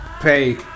pay